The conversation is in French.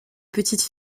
petite